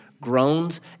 groans